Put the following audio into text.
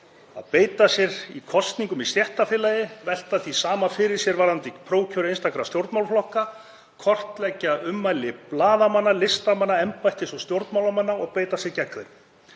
að beita sér í kosningum í stéttarfélagi, veltir því sama fyrir sér varðandi prófkjör einstakra stjórnmálaflokka, kortleggur ummæli blaðamanna, listamanna, embættis- og stjórnmálamanna og beitir sér gegn þeim.